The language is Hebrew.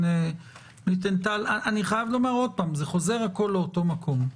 אני חייב לומר עוד פעם שהכול חוזר לאותו מקום.